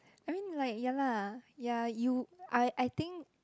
I mean like ya lah ya you I think